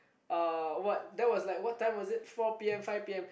uh what that was like what time was it four P_M five P_M